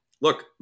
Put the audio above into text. look